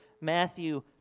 Matthew